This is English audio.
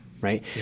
Right